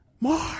More